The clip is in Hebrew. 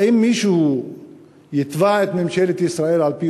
האם מישהו יתבע את ממשלת ישראל על-פי